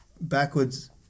backwards